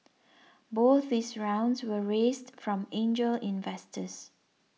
both these rounds were raised from angel investors